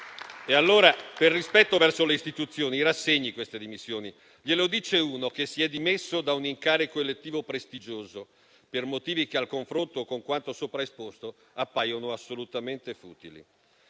Allora, per rispetto verso le istituzioni, rassegni queste dimissioni. Glielo dice uno che si è dimesso da un incarico elettivo prestigioso per motivi che al confronto con quanto sopra esposto appaiono assolutamente futili.